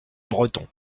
bretons